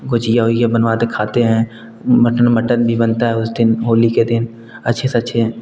गुजिया उजिया बनवाते खाते हैं मटन मटन भी बनता है उस दिन होली के दिन अच्छे से अच्छे